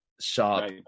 shop